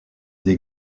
des